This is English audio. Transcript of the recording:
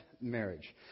marriage